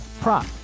prop